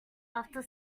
after